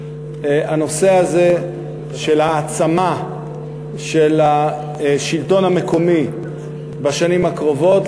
הנושא הזה של העצמה של השלטון המקומי בשנים הקרובות,